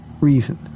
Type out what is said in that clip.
reason